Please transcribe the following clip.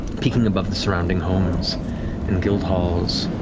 peeking above the surrounding homes and guild halls,